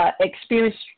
Experience